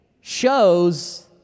shows